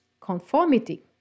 conformity